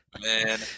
Man